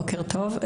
בוקר טוב,